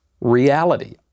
reality